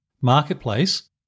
marketplace